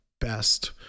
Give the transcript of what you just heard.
best